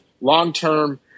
long-term